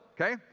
okay